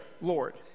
Lord